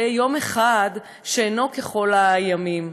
יהיה יום אחד שאינו ככל הימים,